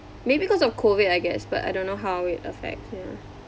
maybe cause of COVID I guess but I don't know how it affects ya